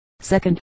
Second